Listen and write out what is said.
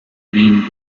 wien